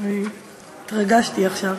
התרגשתי עכשיו.